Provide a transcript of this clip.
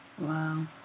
Wow